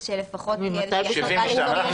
אז שלפחות --- לא כולל סופי שבוע.